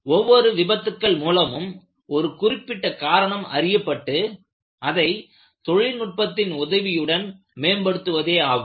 ஒவ்வொரு விபத்துக்கள் மூலமும் ஒரு குறிப்பிட்ட காரணம் அறியப்பட்டு அதை தொழில்நுட்பத்தின் உதவியுடன் மேம்படுத்துவதே ஆகும்